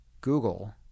Google